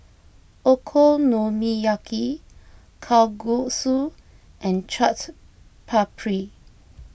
Okonomiyaki Kalguksu and Chaat Papri